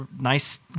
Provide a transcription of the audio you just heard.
nice